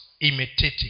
imitating